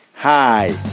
Hi